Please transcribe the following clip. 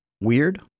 weird